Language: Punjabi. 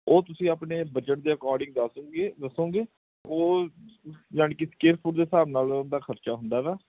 ਉਹ ਤੁਸੀਂ ਆਪਣੇ ਬਜਟ ਦੇ ਅਕੋਰਡਿੰਗ ਦਾਸੋਗੇ ਦੱਸੋਗੇ ਉਹ ਯਾਨੀ ਕਿ ਸਕੇਅਰ ਫੁੱਟ ਦੇ ਹਿਸਾਬ ਨਾਲ ਉਹਦਾ ਖਰਚਾ ਹੁੰਦਾ ਗਾ